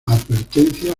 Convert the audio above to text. advertencia